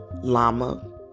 Llama